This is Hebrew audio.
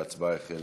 ההצבעה החלה.